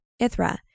Ithra